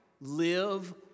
live